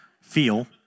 feel